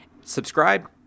Subscribe